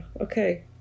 okay